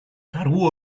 kargu